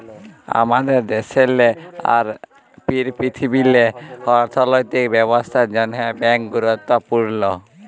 আমাদের দ্যাশেল্লে আর পীরথিবীল্লে অথ্থলৈতিক ব্যবস্থার জ্যনহে ব্যাংক গুরুত্তপুর্ল